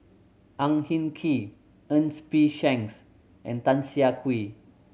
Ang Hin Kee Ernest P Shanks and Tan Siah Kwee